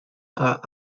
are